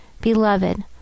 Beloved